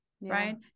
right